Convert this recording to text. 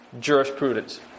jurisprudence